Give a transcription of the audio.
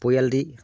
পৰিয়ালটি